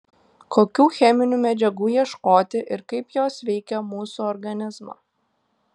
kokių cheminių medžiagų ieškoti ir kaip jos veikia mūsų organizmą